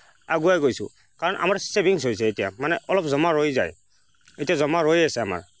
আগুৱাই গৈছোঁ কাৰণ আমাৰ ছেভিংছ হৈছে এতিয়া মানে অলপ জমা ৰৈ যায় এতিয়া জমা ৰৈয়ে আছে আমাৰ